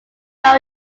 how